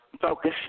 focus